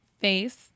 Face